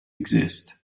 exist